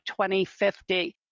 2050